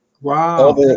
Wow